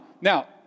Now